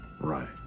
Right